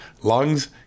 lungs